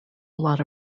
lot